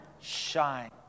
shine